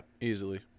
easily